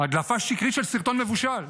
הדלפה שקרית של סרטון מבושל.